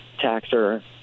taxer